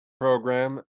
program